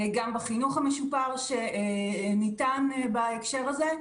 גם בחינוך המשופר שניתן בהקשר הזה.